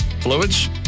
Fluids